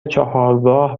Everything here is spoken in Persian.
چهارراه